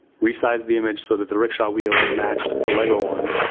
resized the image so that the rickshaw wheel matched the lego one,